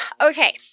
okay